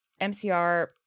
MCR